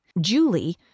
Julie